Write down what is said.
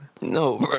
No